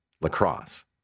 lacrosse